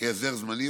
כהסדר זמני,